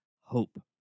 hope